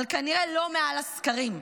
אבל כנראה לא מעל הסקרים.